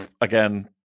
again